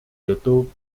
youtube